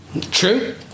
True